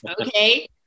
okay